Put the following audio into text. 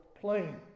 plane